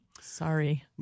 Sorry